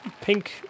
Pink